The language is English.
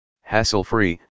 Hassle-free